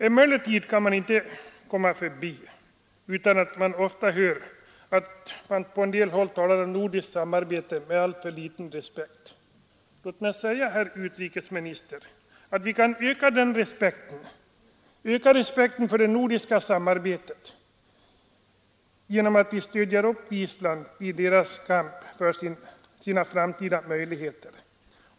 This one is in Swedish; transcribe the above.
Emellertid kan man icke fördölja att man ofta hör nordiskt samarbete omtalas med liten respekt. Låt mig säga, herr utrikesminister, att vi kan öka respekten för det nordiska samarbetet genom att stödja Island i dess kamp för sina framtida möjligheter.